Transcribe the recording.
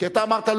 כי אתה אמרת,